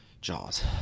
Jaws